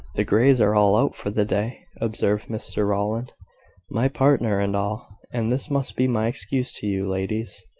the greys are all out for the day, observed mr rowland my partner and all and this must be my excuse to you, ladies,